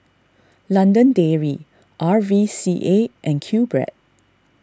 London Dairy R V C A and Qbread